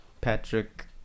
patrick